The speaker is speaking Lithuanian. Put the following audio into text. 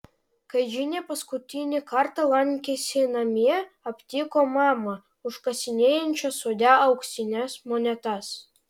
kai džinė paskutinį kartą lankėsi namie aptiko mamą užkasinėjančią sode auksines monetas